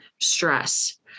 stress